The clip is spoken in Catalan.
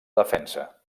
defensa